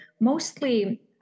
mostly